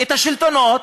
השלטונות,